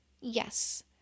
yes